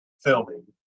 filming